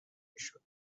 میشد